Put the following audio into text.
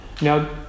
Now